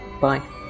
bye